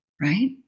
right